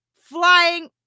flying